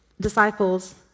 disciples